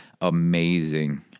amazing